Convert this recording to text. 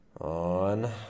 on